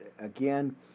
Again